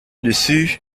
dessus